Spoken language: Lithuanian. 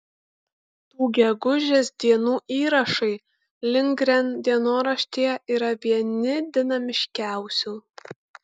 tų gegužės dienų įrašai lindgren dienoraštyje yra vieni dinamiškiausių